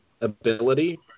ability